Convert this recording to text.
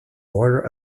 border